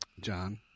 john